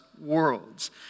worlds